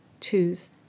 choose